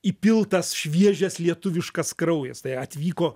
įpiltas šviežias lietuviškas kraujas tai atvyko